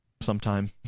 sometime